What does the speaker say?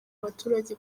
baturage